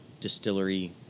distillery